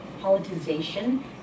politicization